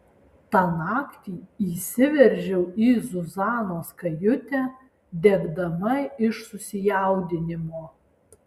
tą naktį įsiveržiau į zuzanos kajutę degdama iš susijaudinimo